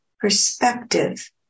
perspective